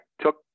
took